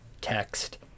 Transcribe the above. text